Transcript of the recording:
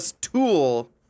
tool